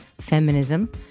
feminism